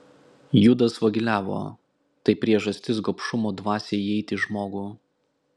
judas vagiliavo tai priežastis gobšumo dvasiai įeiti į žmogų